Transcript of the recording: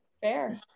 fair